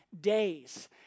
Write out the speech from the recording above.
days